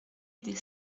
des